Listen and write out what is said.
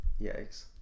Yikes